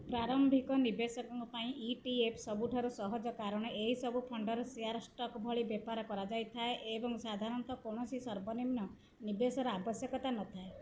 ପ୍ରାରମ୍ଭିକ ନିବେଶକଙ୍କ ପାଇଁ ଇ ଟି ଏଫ୍ ସବୁଠାରୁ ସହଜ କାରଣ ଏହି ସବୁ ଫଣ୍ଡରେ ସେୟାର୍ ଷ୍ଟକ୍ ଭଳି ବେପାର କରାଯାଇଥାଏ ଏବଂ ସାଧାରଣତଃ କୌଣସି ସର୍ବନିମ୍ନ ନିବେଶର ଆବଶ୍ୟକତା ନଥାଏ